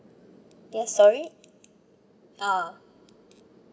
yes sorry ah